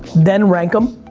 then rank them.